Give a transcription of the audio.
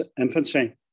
infancy